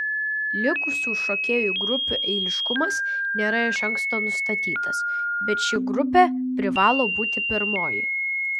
likusių šokėjų grupių eiliškumas nėra iš anksto nustatytas bet ši grupė privalo būti pirmoji